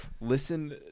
Listen